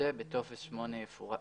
שבטופס 8 יפורט.